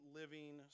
living